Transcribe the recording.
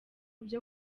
byo